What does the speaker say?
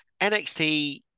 NXT